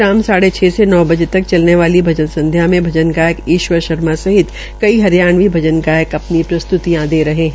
शाम साढ़े छ से नौ बजे तक चलने वाली भजन संध्या में भजन गायक ईश्वर शर्मा सहित कई हरियाणवी भजन का अपनी प्रस्त्तियां दे रहे है